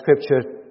Scripture